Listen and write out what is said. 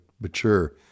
mature